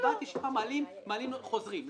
מעלים חוזרים.